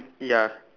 ya